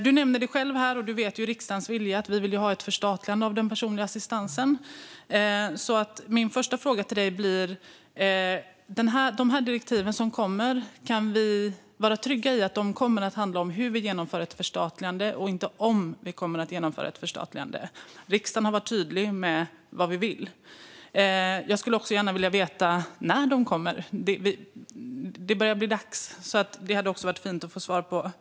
Du nämnde själv att du känner till riksdagens vilja; vi vill ha ett förstatligande av den personliga assistansen. Min första fråga handlar om kommande direktiv. Kan vi vara trygga med att de kommer att handla om hur vi genomför ett förstatligande och inte om vi kommer att göra det? Riksdagen har varit tydlig med sin vilja. Jag vill också gärna veta när de kommer. Det börjar bli dags. Det vore fint att få svar på detta.